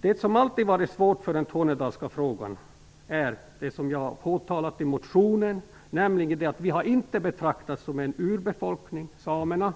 Det som alltid varit svårt i den tornedalska frågan är det som jag har påtalat i motionen, nämligen att vi inte har betraktats som en urbefolkning, som samerna,